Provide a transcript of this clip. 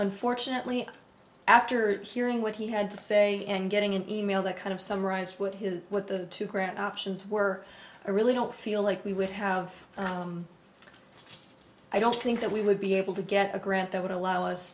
unfortunately after hearing what he had to say and getting an e mail that kind of summarized with his what the two grant options were i really don't feel like we would have i don't think that we would be able to get a grant that would allow us